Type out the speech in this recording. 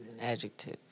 adjective